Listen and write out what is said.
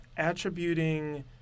attributing